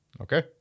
Okay